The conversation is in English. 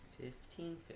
fifteen